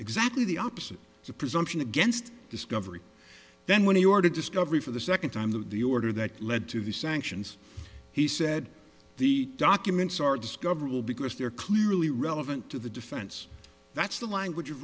exactly the opposite the presumption against discovery then when you are to discovery for the second time that the order that led to the sanctions he said the documents are discoverable because they are clearly relevant to the defense that's the language of